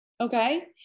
Okay